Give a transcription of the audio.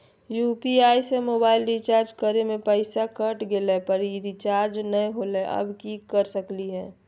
UPI से mobile recharge करे में पैसा कट गेलई, पर रिचार्ज नई होलई, अब की कर सकली हई?